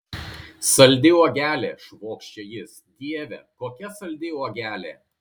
saldi uogelė švokščia jis dieve kokia saldi uogelė